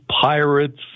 pirates